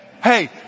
Hey